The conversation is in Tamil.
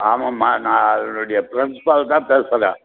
ஆமாம்மா நான் அதனுடைய ப்ரின்ஸ்பால் தான் பேசுறேன்